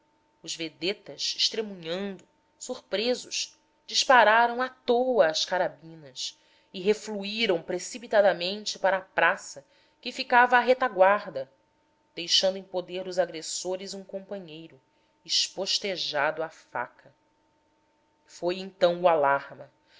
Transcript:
os vedetas estremunhando surpresos dispararam à toa as carabinas e refluíram precipitadamente para a praça que ficava à retaguarda deixando em poder dos agressores um companheiro espostejado a faca foi então o alarma